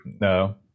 no